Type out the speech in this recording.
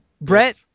Brett